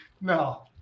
No